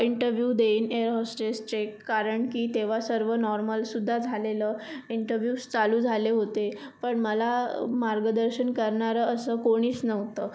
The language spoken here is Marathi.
इंटरव्ह्यू देईन एअर होस्टेसचे कारण की तेव्हा सर्व नॉर्मलसुद्धा झालेलं इंटरव्ह्यूज चालू झाले होते पण मला मार्गदर्शन करणारं असं कोणीच नव्हतं